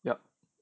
yup